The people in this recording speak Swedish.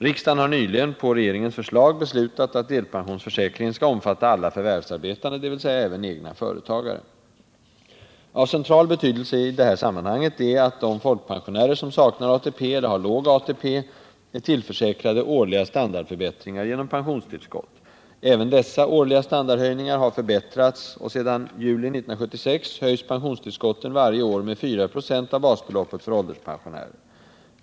Riksdagen har nyligen på regeringens förslag beslutat att delpensionsförsäkringen skall omfatta alla förvärvsarbetande, dvs. även egna företagare. Av central betydelse i detta sammanhang är att de folkpensionärer som saknar ATP eller har låg ATP är tillförsäkrade årliga standardförbättringar genom pensionstillskott. Även dessa årliga standardhöjningar har förbättrats och sedan juli 1976 höjs pensionstillskotten varje år med 4 96 av basbeloppet för ålderspensionärer.